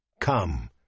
Come